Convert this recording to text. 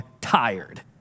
tired